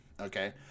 okay